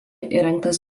įrengtas